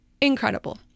Incredible